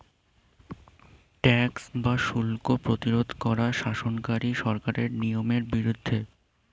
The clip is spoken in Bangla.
ট্যাক্স বা শুল্ক প্রতিরোধ করা শাসনকারী সরকারের নিয়মের বিরুদ্ধে